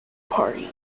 party